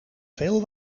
veel